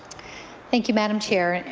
thank you, madam chair.